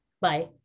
Bye